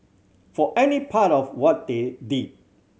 for any part of what they did